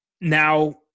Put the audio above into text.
now